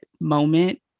moment